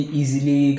easily